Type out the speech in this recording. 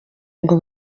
ngo